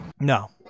No